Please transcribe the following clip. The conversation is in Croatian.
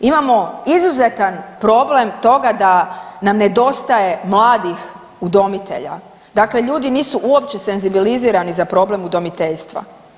Imamo izuzetan problem toga da nam nedostaje mladih udomitelja, dakle ljudi nisu uopće senzibilizirani za problem udomiteljstva.